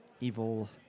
evil